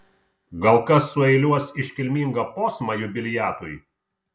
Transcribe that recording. gal kas sueiliuos iškilmingą posmą jubiliatui